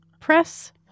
Press